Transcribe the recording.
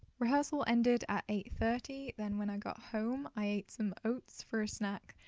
rehearsal ended at eight thirty then when i got home i ate some oats for a snack,